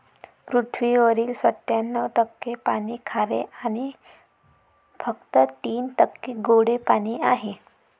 पृथ्वीवरील सत्त्याण्णव टक्के पाणी खारे आणि फक्त तीन टक्के गोडे पाणी आहे